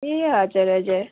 ए हजुर हजुर